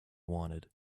wanted